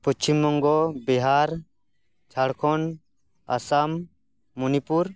Paschimbanga Bihar Jharkhand Assam Manipur